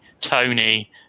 Tony